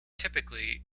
typically